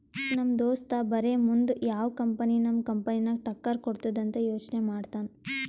ನಮ್ ದೋಸ್ತ ಬರೇ ಮುಂದ್ ಯಾವ್ ಕಂಪನಿ ನಮ್ ಕಂಪನಿಗ್ ಟಕ್ಕರ್ ಕೊಡ್ತುದ್ ಅಂತ್ ಯೋಚ್ನೆ ಮಾಡ್ತಾನ್